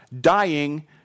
dying